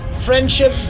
Friendship